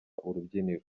urubyiniro